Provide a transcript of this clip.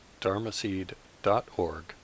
dharmaseed.org